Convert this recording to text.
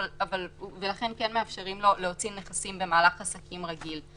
ולכן כן מאפשרים לו להוציא נכסים במהלך עסקים רגיל.